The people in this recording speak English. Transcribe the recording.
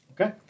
Okay